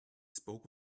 spoke